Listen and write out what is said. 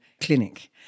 clinic